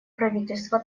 правительства